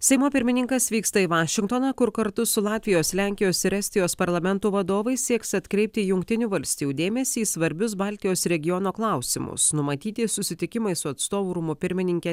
seimo pirmininkas vyksta į vašingtoną kur kartu su latvijos lenkijos ir estijos parlamentų vadovais sieks atkreipti jungtinių valstijų dėmesį į svarbius baltijos regiono klausimus numatyti susitikimai su atstovų rūmų pirmininke